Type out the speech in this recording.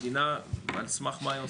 על סמך מה?